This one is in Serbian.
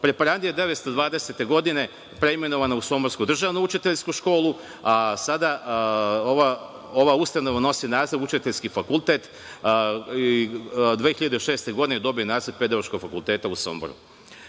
Preparandija je 1920. godine preimenovana u Somborsko državno učiteljsku školu, a sada ovaj ustanova nosi naziv Učiteljski fakultet i 2006. godine je dobila naziv Pedagoški fakultet u Somboru.